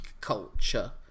culture